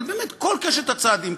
אבל באמת כל קשת הצעדים,